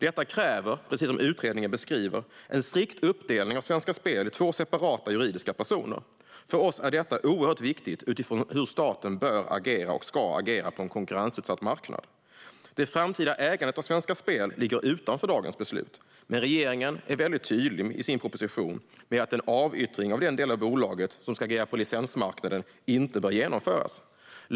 Detta kräver, precis som utredningen beskriver, en strikt uppdelning av Svenska Spel i två separata juridiska personer. För oss är detta oerhört viktigt utifrån hur staten bör och ska agera på en konkurrensutsatt marknad. Det framtida ägandet av Svenska Spel ligger utanför dagens beslut, men regeringen är i sin proposition tydlig med att en avyttring av den del av bolaget som ska agera på licensmarknaden inte bör genomföras.